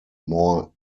more